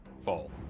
fall